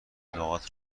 لغات